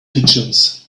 pigeons